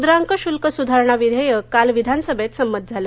मुद्रांक शुल्क सुधारणा विधेयक काल विधानसभेत संमत झालं